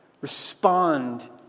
Respond